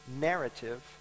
narrative